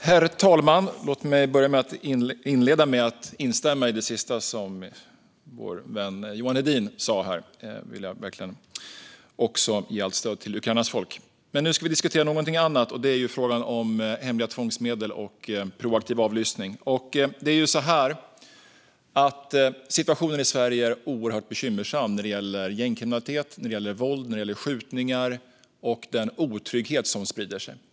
Herr talman! Låt mig inleda med att instämma i det sista som vår vän Johan Hedin sa. Jag vill verkligen också ge allt stöd till Ukrainas folk. Nu ska vi dock diskutera någonting annat, nämligen frågan om hemliga tvångsmedel och proaktiv avlyssning. Det är ju så att situationen i Sverige är oerhört bekymmersam när det gäller gängkriminalitet, våld, skjutningar och den otrygghet som sprider sig.